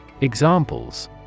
Examples